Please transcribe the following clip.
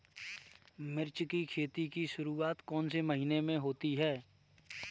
मिर्च की खेती की शुरूआत कौन से महीने में होती है?